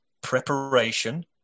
preparation